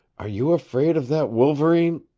are you afraid of that wolverine